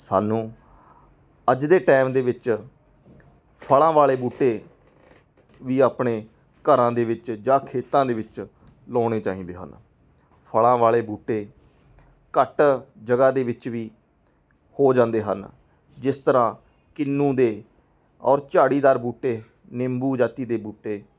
ਸਾਨੂੰ ਅੱਜ ਦੇ ਟਾਈਮ ਦੇ ਵਿੱਚ ਫਲਾਂ ਵਾਲੇ ਬੂਟੇ ਵੀ ਆਪਣੇ ਘਰਾਂ ਦੇ ਵਿੱਚ ਜਾਂ ਖੇਤਾਂ ਦੇ ਵਿੱਚ ਲਾਉਣੇ ਚਾਹੀਦੇ ਹਨ ਫਲਾਂ ਵਾਲੇ ਬੂਟੇ ਘੱਟ ਜਗ੍ਹਾ ਦੇ ਵਿੱਚ ਵੀ ਹੋ ਜਾਂਦੇ ਹਨ ਜਿਸ ਤਰ੍ਹਾਂ ਕਿੰਨੂ ਦੇ ਔਰ ਝਾੜੀਦਾਰ ਬੂਟੇ ਨਿੰਬੂ ਜਾਤੀ ਦੇ ਬੂਟੇ